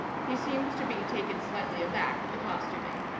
he seemed to be taken slightly aback at the costuming.